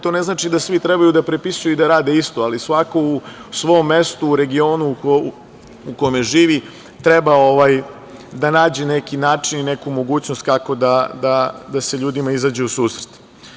To ne znači da svi treba da prepisuju i da rade isto, ali svako u svom mestu, u regionu u kome živi treba da nađe neki način i neku mogućnost kako da se ljudima izađe u susret.